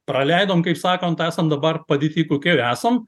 praleidom kaip sakant esam dabar padėty kokioj esam